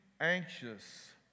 anxious